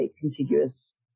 contiguous